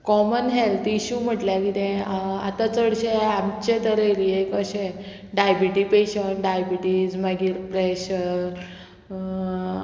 common health issue म्हटल्यार कितें आतां चडशे आमचे तर एरियेक अशें डायबिटी पेशंट डायबिटीज मागीर प्रेशर